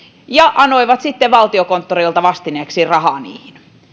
ja anoivat sitten valtiokonttorilta vastineeksi rahaa niihin